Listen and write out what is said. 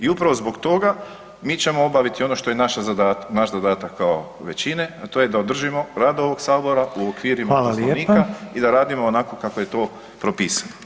I upravo zbog toga mi ćemo obaviti ono što je naš zadatak kao većine, a to je da održimo rad ovog sabora u okvirima [[Upadica: Hvala lijepa.]] Poslovnika i da radimo onako kako je to propisano.